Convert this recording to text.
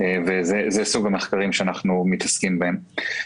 זה סוג המחקרים שאנחנו מתעסקים בהם.